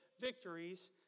victories